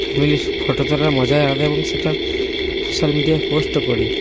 ফ্যামিলির ফটো তোলার মজাই আলাদা এবং সেটা সোশ্যাল মিডিয়ায় পোস্টও করি